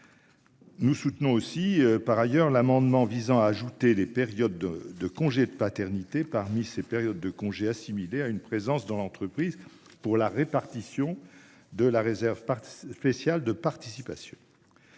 Nous soutenons aussi par ailleurs l'amendement visant à ajouter les périodes de congés de paternité parmi ces périodes de congés assimilée à une présence dans l'entreprise pour la répartition de la réserve. Spéciale de participation.